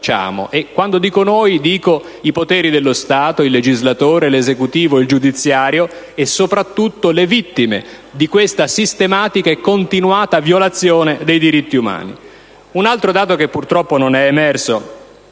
riferendomi ai poteri dello Stato (legislativo, esecutivo e giudiziario), ma soprattutto alle vittime di questa sistematica e continuata violazione dei diritti umani. Un altro dato che purtroppo non è emerso